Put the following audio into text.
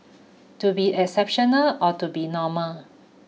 to be exceptional or to be normal